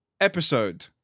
Episode